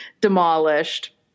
demolished